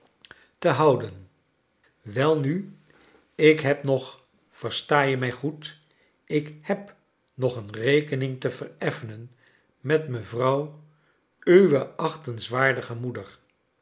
te houden welnu ik heb nog versta je mij goed ik heb nog eon rekening te vereffenen met mevrouw uwe achtenswaardige moeder